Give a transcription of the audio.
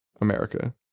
America